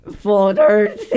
folders